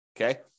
Okay